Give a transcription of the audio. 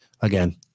again